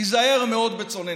ייזהר מאוד בצוננין.